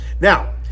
Now